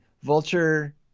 Vulture